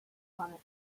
planet